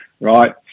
right